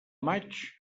maig